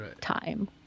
time